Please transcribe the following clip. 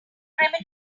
criminal